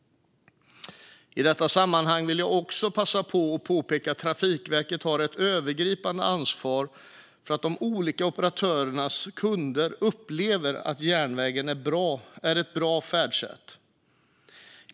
I detta sammanhang vill jag också passa på att påpeka att Trafikverket har ett övergripande ansvar för att de olika operatörernas kunder upplever att järnvägen är ett bra färdsätt.